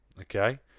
okay